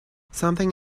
something